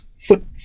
foot